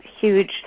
huge